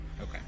Okay